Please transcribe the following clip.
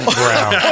brown